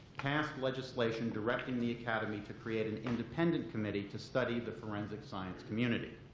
passed legislation directing the academy to create an independent committee to study the forensic science community.